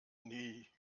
nie